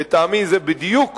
לטעמי, זה קורה בדיוק